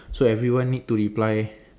so every one need to reply